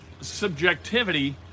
subjectivity